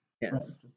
Yes